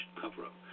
cover-up